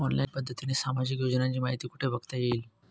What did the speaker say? Online पद्धतीने सामाजिक योजनांची माहिती कुठे बघता येईल?